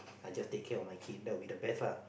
I just take care of my kid that will be the best lah